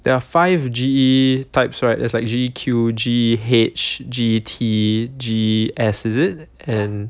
there are five G_E types right there's like G_E_Q G_E_H G_E_T G_E_S is it and